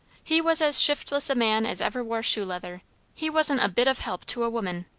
he was as shiftless a man as ever wore shoe-leather he wasn't a bit of help to a woman.